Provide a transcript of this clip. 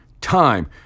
time